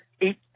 eight